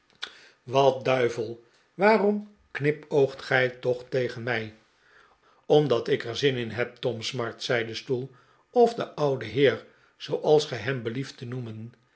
wat duivel waarom knipoogt gij toch tegen mij omdat ik er zin in heb tom smart zei de stoel of de oude heer zoo als gij hem belieft te noemen